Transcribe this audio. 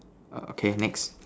okay next